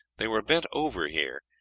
they were bent over here,